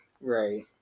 Right